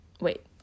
Wait